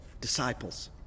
disciples